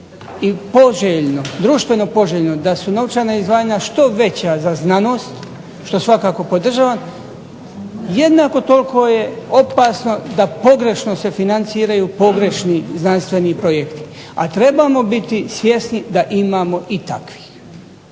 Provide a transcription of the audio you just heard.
i poželjno, društveno poželjno da su novčana izdvajanja što veća za znanost što svakako podržavam jednako toliko je opasno da pogrešno se financiraju pogrešni znanstveni projekti. A trebamo biti svjesni da imamo i takvih,